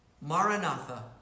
Maranatha